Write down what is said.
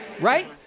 Right